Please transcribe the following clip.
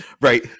Right